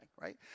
right